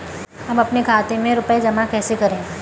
हम अपने खाते में रुपए जमा कैसे करें?